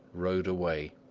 rode away.